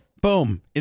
Boom